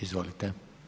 Izvolite.